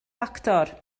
actor